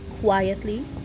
quietly